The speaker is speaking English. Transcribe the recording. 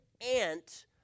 ant